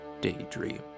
Daydream